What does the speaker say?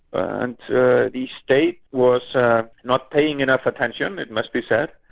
and the state was not paying enough attention, it must be said,